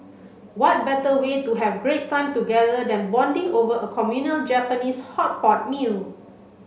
what better way to have great time together than bonding over a communal Japanese hot pot meal